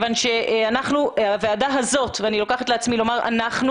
אני מרשה לעצמי לומר הוועדה הזאת,